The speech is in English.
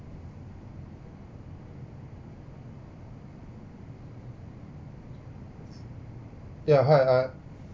yeah hi uh